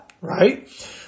Right